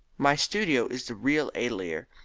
my studio is the real atelier,